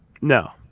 No